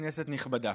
כנסת נכבדה,